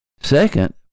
Second